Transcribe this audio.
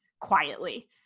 quietly